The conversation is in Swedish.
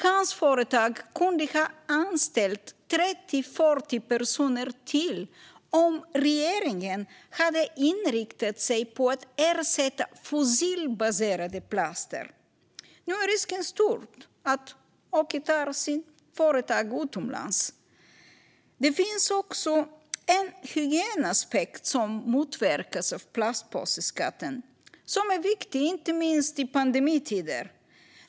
Hans företag kunde ha anställt 30-40 personer till om regeringen hade inriktat sig på att ersätta fossilbaserade plaster. Nu är risken stor att Åke tar sitt företag utomlands. Det finns också en hygienaspekt som motverkas av plastpåseskatten som är viktig inte minst i pandemitider.